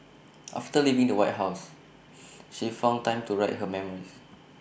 after leaving the white house she found time to write her memoirs